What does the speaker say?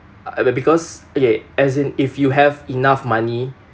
uh but because okay as in if you have enough money